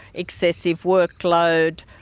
excessive workload,